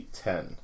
ten